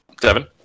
Devin